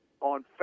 on